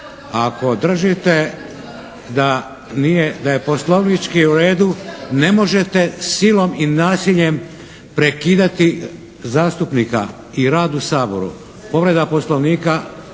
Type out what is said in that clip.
da nije, da je Poslovnički u redu, ne možete silom i nasiljem prekidati zastupnika i rad u Saboru. Povreda Poslovnika,